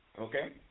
okay